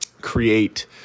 create